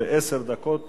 עשר דקות,